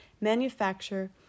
manufacture